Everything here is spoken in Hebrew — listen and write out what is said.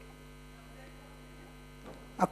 גם זה כבר קיים.